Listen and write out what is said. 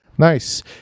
Nice